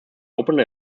opened